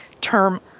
term –